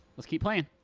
let's keep playing!